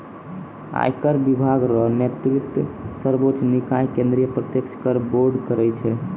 आयकर विभाग रो नेतृत्व सर्वोच्च निकाय केंद्रीय प्रत्यक्ष कर बोर्ड करै छै